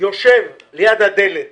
יושב ליד הדלת